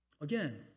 Again